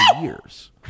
years